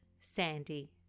Sandy